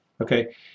Okay